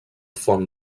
font